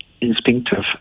instinctive